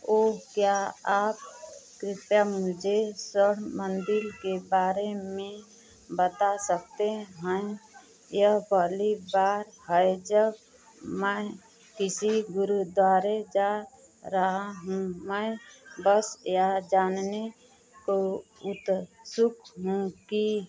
ओह क्या आप कृपया मुझे स मंदिर के बारे में बता सकते हैं यह पहली बार है जब मैं किसी गुरुद्वारे जा रहा हूँ मैं बस यह जानने को उत्सुक हूँ कि